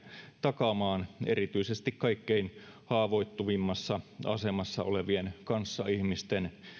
takaamaan erityisesti kaikkein haavoittuvimmassa asemassa olevien kanssaihmisten